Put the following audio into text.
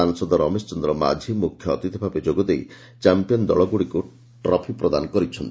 ସାଂସଦ ରମେଶଚନ୍ଦ୍ର ମାଝି ମୁଖ୍ୟ ଅତିଥିଭାବେ ଯୋଗଦେଇ ଚାମ୍ପିୟନ ଦଳଗୁଡିକୁ ଟ୍ରଫି ପ୍ରଦାନ କରିଛନ୍ତି